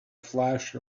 flash